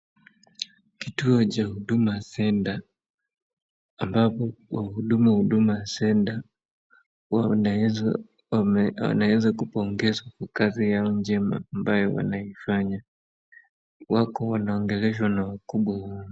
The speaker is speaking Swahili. Kituo cha Huduma Center ambapo wahudumu wa Huduma Center huwa wanaeza kupongezwa kwa kazi yao njema ambayo wanaifanya. Wako wanaongeleshwa na wakubwa wao.